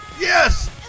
Yes